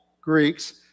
Greeks